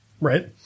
right